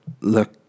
look